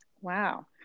Wow